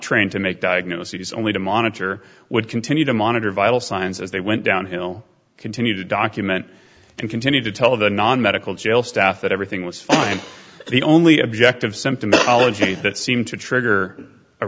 trained to make diagnoses only to monitor would continue to monitor vital signs as they went down hill continue to document and continue to tell the non medical jail staff that everything was fine the only objective symptomatology that seem to trigger a